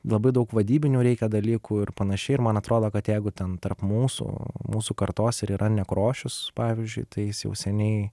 labai daug vadybinių reikia dalykų ir panašiai ir man atrodo kad jeigu ten tarp mūsų mūsų kartos ir yra nekrošius pavyzdžiui tai jis jau seniai